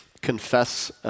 confess